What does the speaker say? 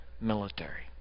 military